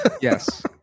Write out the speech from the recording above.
yes